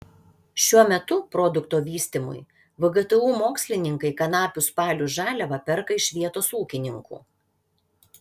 šiuo metu produkto vystymui vgtu mokslininkai kanapių spalių žaliavą perka iš vietos ūkininkų